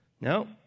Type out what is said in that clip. No